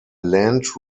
land